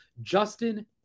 Justin